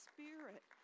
Spirit